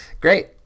Great